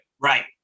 right